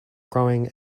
growing